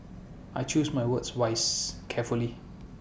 I choose my words wise carefully